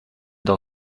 dans